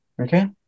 okay